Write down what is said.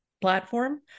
platform